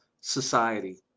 society